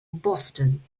boston